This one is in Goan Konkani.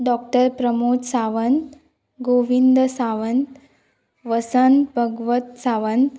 डॉक्टर प्रमोद सावंत गोविंद सावंत वसंत भगवत सावंत